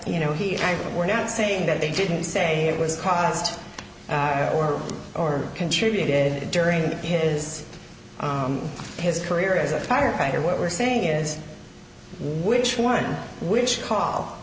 you know he can't we're not saying that they didn't say it was caused or or contributed during his his career as a firefighter what we're saying is which one which c